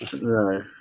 no